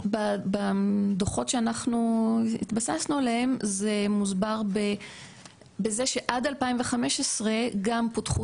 בדוחות שאנחנו התבססנו עליהם זה מוסבר בזה שעד 2015 גם פותחו